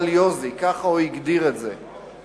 סקנדליוזי, ככה הוא הגדיר את זה ב-1951.